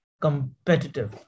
competitive